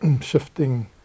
shifting